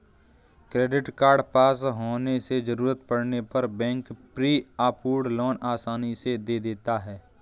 credit card पास होने से जरूरत पड़ने पर बैंक प्री अप्रूव्ड लोन आसानी से दे देता है